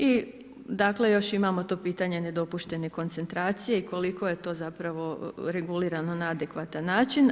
I dakle, još imamo to pitanje nedopušteni koncentracije i koliko je to zapravo regulirano na adekvatan način.